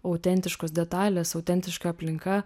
autentiškos detalės autentiška aplinka